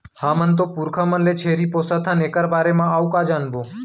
हमर तो पुरखा मन ले छेरी पोसत हन एकर बारे म अउ का जानबो?